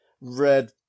red